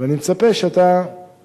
ואני מצפה שאתה